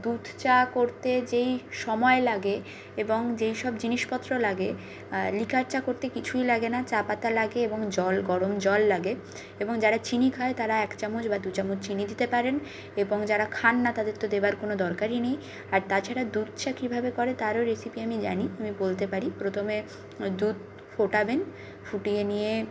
দুধ চা করতে যেই সময় লাগে এবং যেই সব জিনিসপত্র লাগে লিকার চা করতে কিছুই লাগে না চা পাতা লাগে এবং জল গরম জল লাগে এবং যারা চিনি খায় তারা এক চামচ বা দু চামচ চিনি দিতে পারেন এবং যারা খান না তাদের তো দেওয়ার কোনও দরকারই নেই আর তাছাড়া দুধ চা কীভাবে করে তারও রেসিপি আমি জানি আমি বলতে পারি প্রথমে দুধ ফোটাবেন ফুটিয়ে নিয়ে